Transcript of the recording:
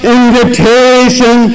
invitation